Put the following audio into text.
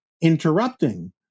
interrupting